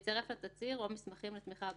ויצרף לה תצהיר או מסמכים לתמיכה בבקשה,